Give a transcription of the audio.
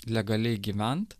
legaliai gyvent